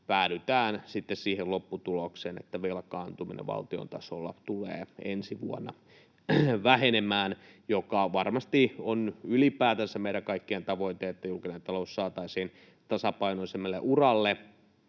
sitten siihen lopputulokseen, että velkaantuminen valtion tasolla tulee ensi vuonna vähenemään — mikä varmasti on ylipäätänsä meidän kaikkien tavoite, että julkinen talous saataisiin tasapainoisemmalle uralle,